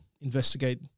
investigate